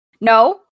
no